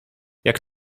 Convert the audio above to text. jak